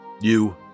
You